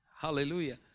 hallelujah